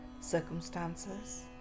circumstances